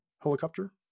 helicopter